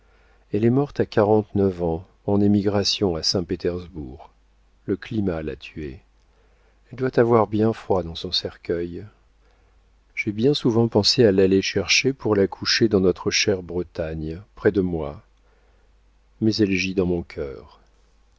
elle est morte à quarante-neuf ans en émigration à saint-pétersbourg le climat l'a tuée elle doit avoir bien froid dans son cercueil j'ai bien souvent pensé à l'aller chercher pour la coucher dans notre chère bretagne près de moi mais elle gît dans mon cœur